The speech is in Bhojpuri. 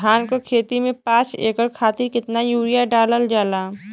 धान क खेती में पांच एकड़ खातिर कितना यूरिया डालल जाला?